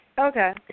Okay